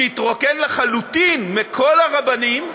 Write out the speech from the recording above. שהתרוקן לחלוטין מכל הרבנים,